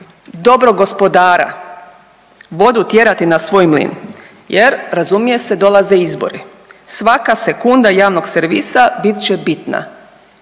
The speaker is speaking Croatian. dobrog gospodara vodu tjerati na svoj mlin jer razumije se dolaze izbori, svaka sekunda javnog servisa bit će bitna.